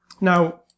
Now